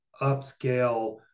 upscale